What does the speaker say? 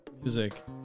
music